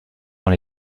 dans